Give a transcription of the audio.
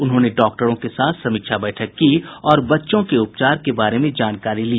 उन्होंने डॉक्टरों के साथ समीक्षा बैठक की और बच्चों के उपचार के बारे में जानकारी ली